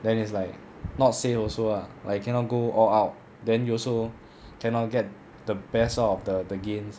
then is like not say also ah like you cannot go all out then you also cannot get the best out of the the gains